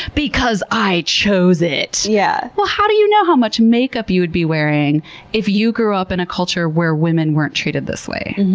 because i chose it! yeah well, how do you know how much makeup you would be wearing if you grew up in a culture where women weren't treated this way?